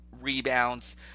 Rebounds